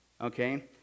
Okay